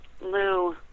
Lou